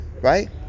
right